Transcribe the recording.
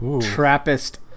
trappist